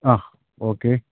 ആ ഓക്കേ